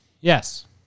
yes